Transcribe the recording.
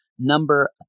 number